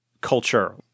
culture